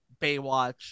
Baywatch